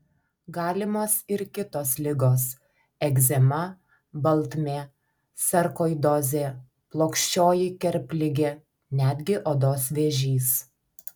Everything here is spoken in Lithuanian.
galimos ir kitos ligos egzema baltmė sarkoidozė plokščioji kerpligė netgi odos vėžys